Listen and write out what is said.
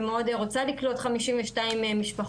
ומאוד רוצה לקלוט 52 משפחות.